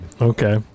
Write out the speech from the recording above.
Okay